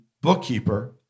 bookkeeper